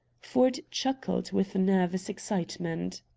ford chuckled with nervous excitement.